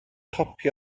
copi